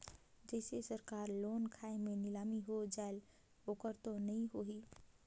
जैसे सरकारी लोन खाय मे नीलामी हो जायेल ओकर तो नइ होही?